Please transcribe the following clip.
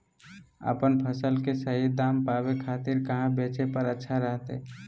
अपन फसल के सही दाम पावे खातिर कहां बेचे पर अच्छा रहतय?